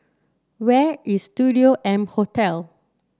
where is Studio M Hotel